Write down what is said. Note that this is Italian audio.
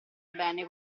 bene